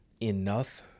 enough